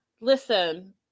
listen